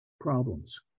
problems